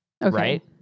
Right